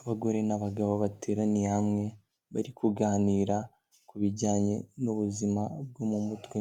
Abagore n'abagabo bateraniye hamwe, bari kuganira ku bijyanye n'ubuzima bwo mu mutwe,